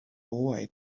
boy